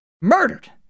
Murdered